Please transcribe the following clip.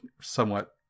somewhat